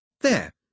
There